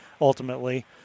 ultimately